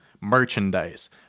merchandise